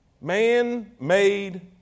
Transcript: Man-made